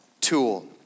tool